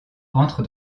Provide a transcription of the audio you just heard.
entre